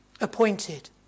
appointed